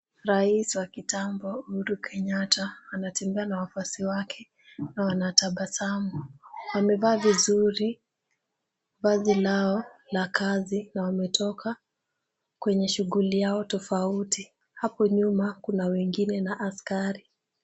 Rais wa kitambo Uhuru Kenyatta anatembea na wafuasi wake na wanatabasamu. Wamevaa vizuri vazi lao la kazi na wametoka kwenye shughuli yao tofauti hapo nyuma Kuna wengine na askari.